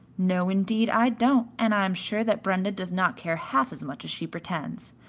no, indeed, i don't, and i am sure that brenda does not care half as much as she pretends.